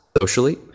socially